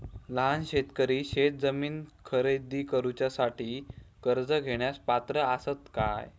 लहान शेतकरी शेतजमीन खरेदी करुच्यासाठी कर्ज घेण्यास पात्र असात काय?